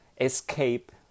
escape